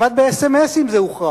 כמעט באס.אם.אסים זה הוכרע,